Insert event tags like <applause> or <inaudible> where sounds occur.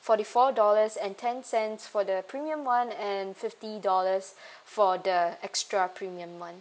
forty four dollars and ten cents for the premium one and fifty dollars <breath> for the extra premium one